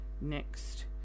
next